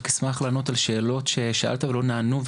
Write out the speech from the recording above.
רק אשמח לענות על שאלות ששאלת ולא נענו,